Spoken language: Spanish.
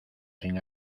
sin